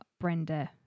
Brenda